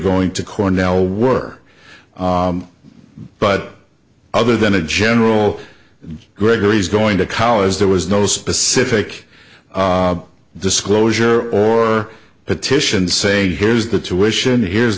going to cornell were but other than a general gregory's going to college there was no specific disclosure or petition saying here's the tuition here's